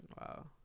Wow